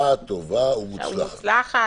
בשעה טובה ומוצלחת.